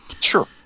sure